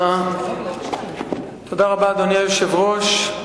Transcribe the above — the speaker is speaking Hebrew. אדוני היושב-ראש,